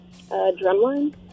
Drumline